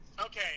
Okay